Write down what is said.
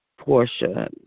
Portia